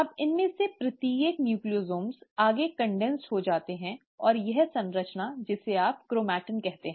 अब इनमें से प्रत्येक न्यूक्लियोसोम आगे संघनित हो जाता है और यह संरचना जिसे आप क्रोमैटिन कहते हैं